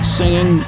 singing